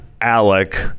Alec